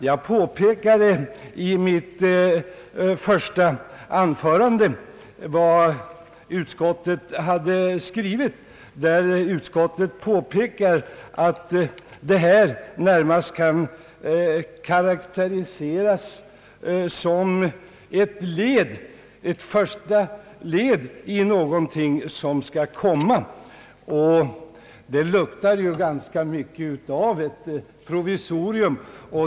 Jag framhöll i mitt första anförande att utskottet närmast karakteriserar detta som ett första led i någonting som skall komma. Det luktar ganska mycket av provisorium.